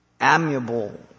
amiable